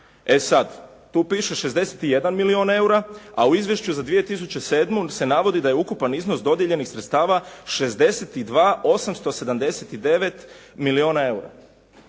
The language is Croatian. E sad, tu piše 61 milijun eura, a u izvješću za 2007. se navodi da je ukupan iznos dodijeljenih sredstava 62879 milijuna eura.